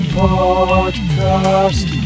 podcast